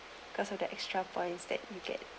because of the extra points that you get